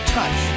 touch